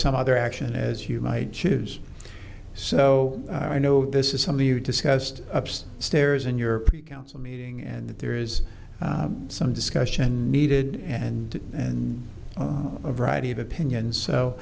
some other action as you might choose so i know this is something you discussed ups stairs in your council meeting and that there is some discussion needed and and a variety of opinions so